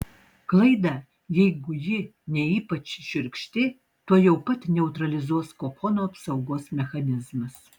klaidą jeigu ji ne ypač šiurkšti tuojau pat neutralizuos kokono apsaugos mechanizmas